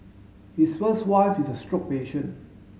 his first wife is a stroke patient